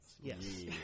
Yes